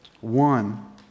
One